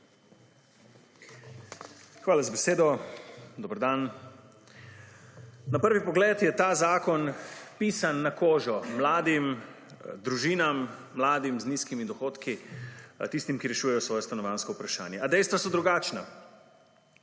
Hvala za besedo. Dober dan! Na prvi pogled je ta zakon pisan na kožo mladim družinam, mladim z nizkimi dohodki, tistim, ki rešujejo svoje stanovanjsko vprašanje. A dejstva so drugačna.